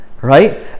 right